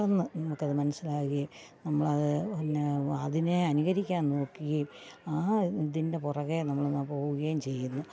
പെട്ടന്ന് നമുക്കത് മനസ്സിലാകേം നമ്മളത് പിന്നെ അതിനെ അനുകരിക്കാന് നോക്ക്യേം ആ ഇതിന്റെ പുറകെ നമ്മൾ പോവുകേം ചെയ്യുന്നു